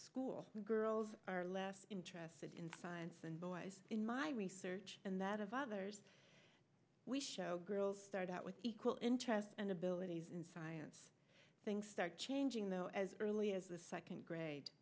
school girls are less interested in science and boys in my research and that of others we show girls start out with equal interests and abilities in science things start changing though as early as the second grade